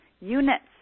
Units